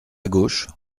gauche